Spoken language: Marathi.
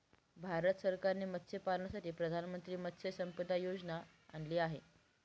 भारत सरकारने मत्स्यपालनासाठी प्रधानमंत्री मत्स्य संपदा योजना आणली आहे